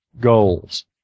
goals